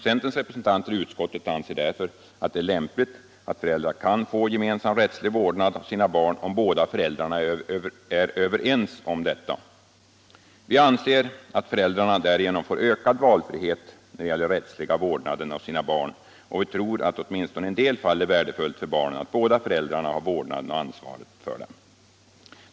Centerns representanter i utskottet anser därför att det är lämpligt att föräldrar kan få gemensam rättslig vårdnad av sina barn om båda föräldrarna är överens om detta. Vi anser att föräldrarna därigenom får ökad valfrihet när det gäller den rättsliga vårdnaden av sina barn och vi tror att det åtminstone i en del fall är värdefullt för barnet att båda föräldrarna har vårdnaden och ansvaret för dem.